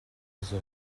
onze